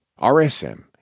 RSM